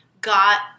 got